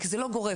כי זה לא גורף,